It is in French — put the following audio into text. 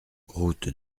route